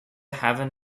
haven